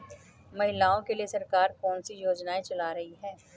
महिलाओं के लिए सरकार कौन सी योजनाएं चला रही है?